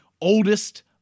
oldest